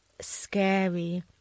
scary